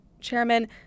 Chairman